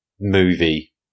movie